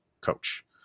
coach